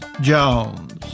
Jones